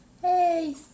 Hey